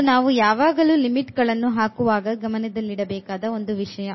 ಇದು ನಾವು ಯಾವಾಗಲೂ ಲಿಮಿಟ್ ಗಳನ್ನು ಹಾಕುವಾಗ ಗಮನದಲ್ಲಿಡಬೇಕಾದ ಒಂದು ವಿಷಯ